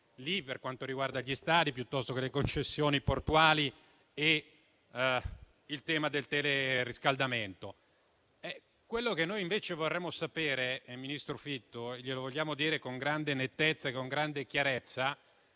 per quanto riguarda gli stadi, le concessioni portuali e il tema del teleriscaldamento. Quello che noi invece vorremmo sapere, signor Ministro - e glielo vogliamo chiedere con grande nettezza e con grande chiarezza